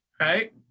right